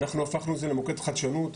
אנחנו הפכנו למוקד חדשנות,